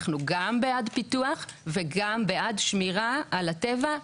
אנחנו גם בעד פיתוח וגם בעד שמירה על הטבע,